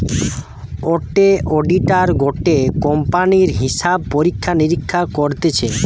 গটে অডিটার গটে কোম্পানির হিসাব পরীক্ষা নিরীক্ষা করতিছে